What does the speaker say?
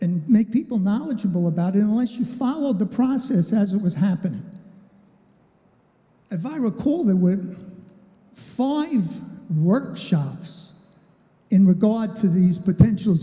and make people knowledgeable about it unless you follow the process as it was happening a viral call there were five workshops in regard to these potential